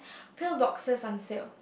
pill boxes on sale